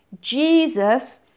Jesus